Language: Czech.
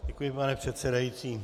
Děkuji, pane předsedající.